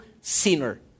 sinner